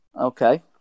Okay